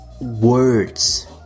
words